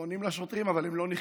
הפתרונים לשוטרים, אבל הם לא נחקרו.